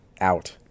out